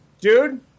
Dude